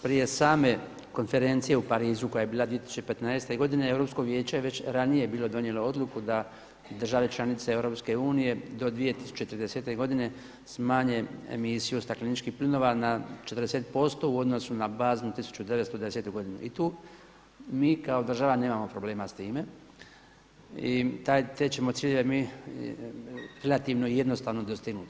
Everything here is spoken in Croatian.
Prije same konferencije u Parizu koja je bila 2015. godine Europsko vijeće je već ranije bilo donijelo odluku da države članice EU do 2030. godine smanje emisiju stakleničkih plinova na 40% u odnosu na baznu 1990. godinu i tu mi kao država nemamo problema s time i te ćemo ciljeve mi relativno i jednostavno dostignuti.